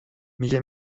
میگه